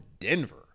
Denver